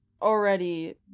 Already